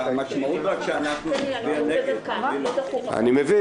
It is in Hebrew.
בהתאם להערות של חברי הוועדה הנכבדים